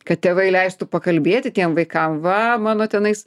kad tėvai leistų pakalbėti tiem vaikams va mano tenais